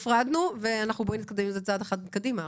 הפרדנו, ועכשיו בואי נתקדם עם זה צעד אחד קדימה.